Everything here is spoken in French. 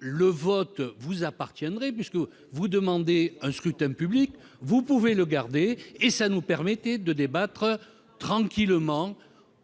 le vote vous appartiendrait puisque vous demander un scrutin public, vous pouvez le garder et ça nous permettait de débattre tranquillement,